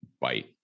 bite